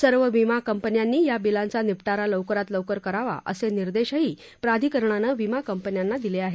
सर्व विमा कंपन्यांनी या बिलांचा निपटारा लवकरात लवकर करावा असे निर्देशही प्राधिकरणानं विमा कंपन्यांना दिले आहेत